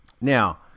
Now